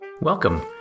Welcome